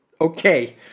okay